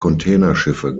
containerschiffe